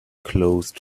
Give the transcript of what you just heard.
close